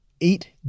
Eight